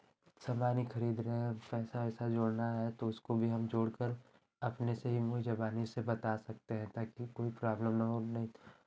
सामान ही खरीद रहे हैं पैसा वैसा जोड़ना है तो उसको भी हम जोड़कर अपने से ही मुँहज़ुबानी उसे बता सकते हैं ताकि कोई प्रॉब्लम ना हो नहीं तो